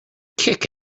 kick